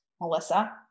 Melissa